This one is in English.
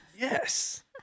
Yes